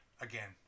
again